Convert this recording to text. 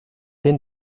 den